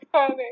Okay